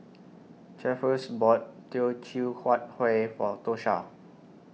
Cephus bought Teochew Huat Kueh For Tosha